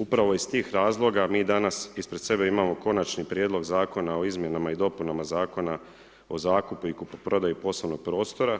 Upravo iz tih razloga mi danas ispred sebe imamo Konačni prijedlog Zakona o izmjenama i dopunama Zakona o zakupu i kupoprodaju poslovnog prostora,